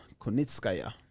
Kunitskaya